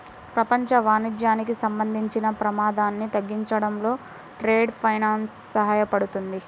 ప్రపంచ వాణిజ్యానికి సంబంధించిన ప్రమాదాన్ని తగ్గించడంలో ట్రేడ్ ఫైనాన్స్ సహాయపడుతుంది